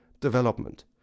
development